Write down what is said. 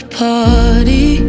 party